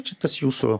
čia tas jūsų